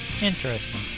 Interesting